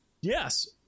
Yes